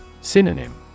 Synonym